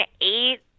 eight